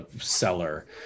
seller